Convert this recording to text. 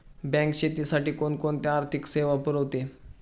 Bank शेतीसाठी कोणकोणत्या आर्थिक सेवा पुरवते?